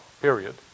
period